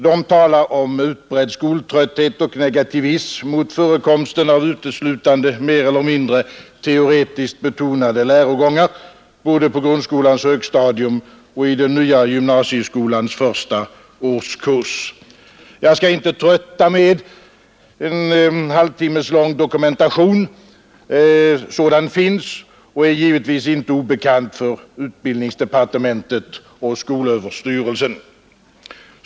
De talar om utbredd skoltrötthet och negativism mot förekomsten av uteslutande mer eller mindre teoretiskt betonade lärogångar både på grundskolans högstadium och i den nya gymnasieskolans första årskurs. Jag skall inte trötta med en halvtimmes lång dokumentation — sådan finns och är givetvis inte obekant för utbildningsdepartementet och skolöverstyrelsen.